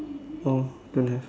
oh don't have